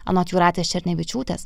anot jūratės černevičiūtės